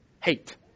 hate